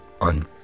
on